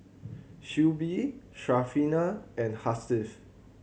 Shuib Syarafina and Hasif